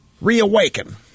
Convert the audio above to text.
reawaken